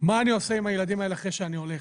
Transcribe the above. מה אני עושה עם הילדים האלה אחרי שאני הולך.